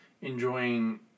enjoying